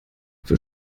für